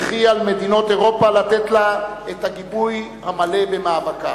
וכי על מדינות אירופה לתת לה את הגיבוי המלא במאבקה.